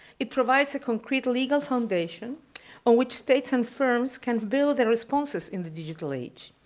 it provides a concrete legal foundation on which states and firms can build responses in the digital age.